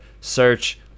search